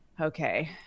okay